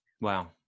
Wow